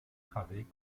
travées